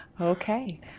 okay